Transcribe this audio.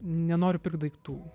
nenoriu pirkt daiktų